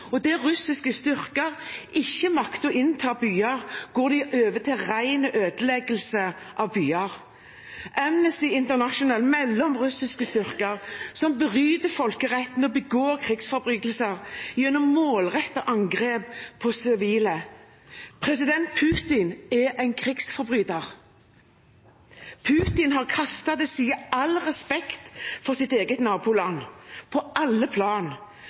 russiske styrker ikke makter å innta byer, går de over til ren ødeleggelse av byene. Amnesty International melder om russiske styrker som bryter folkeretten og begår krigsforbrytelser gjennom målrettede angrep på sivile. President Putin er en krigsforbryter. Putin har kastet til side all respekt for sitt eget naboland på alle plan,